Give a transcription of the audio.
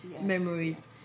memories